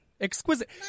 Exquisite